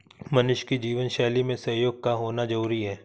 मनुष्य की जीवन शैली में सहयोग का होना जरुरी है